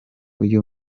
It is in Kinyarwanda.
uko